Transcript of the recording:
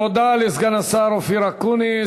תודה לסגן השר אופיר אקוניס.